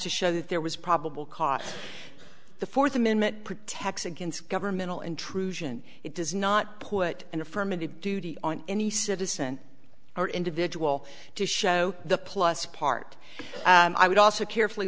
to show that there was probable cause the fourth amendment protects against governmental intrusion it does not put an affirmative duty on any citizen or individual to show the plus part i would also carefully